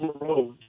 road